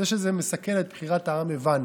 זה שזה מסכל את בחירת העם, הבנו.